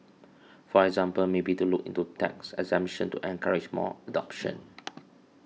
for example maybe to look into tax exemption to encourage more adoption